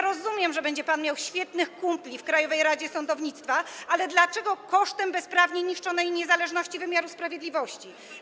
Rozumiem, że będzie pan miał świetnych kumpli w Krajowej Radzie Sądownictwa, ale dlaczego kosztem bezprawnie niszczonej niezależności wymiaru sprawiedliwości?